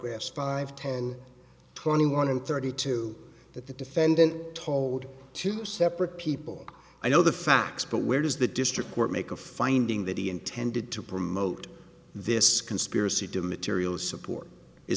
s five ten twenty one hundred thirty two that the defendant told two separate people i know the facts but where does the district court make a finding that he intended to promote this conspiracy to material support is